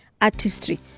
artistry